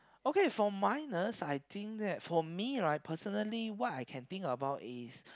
okay for minus I think that for me right personally what I can think about is